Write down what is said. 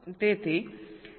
તેથી 0